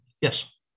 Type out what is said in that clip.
Yes